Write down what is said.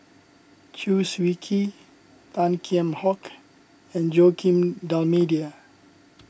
Chew Swee Kee Tan Kheam Hock and Joaquim D'Almeida